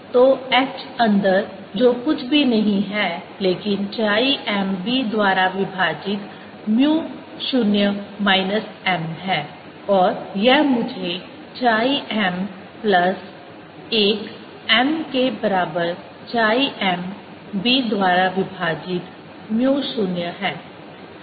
तो h अंदर जो कुछ भी नहीं है लेकिन chi m b द्वारा विभाजित म्यू 0 माइनस m है और यह मुझे chi m प्लस 1 m के बराबर chi m b द्वारा विभाजित म्यू 0 है